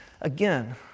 again